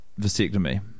vasectomy